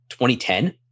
2010